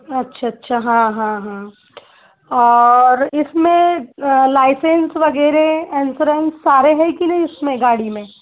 अच्छा अच्छा हाँ हाँ हाँ और इसमें लायसेंस वगैरह एनसोरेंस सारे हैं कि नहीं इसमें गाड़ी में